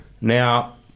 now